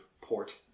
port